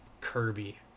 Kirby